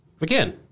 again